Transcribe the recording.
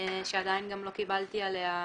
שעדיין גם לא קיבלתי עליה משוב.